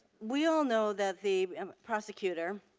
we all know that the prosecutor,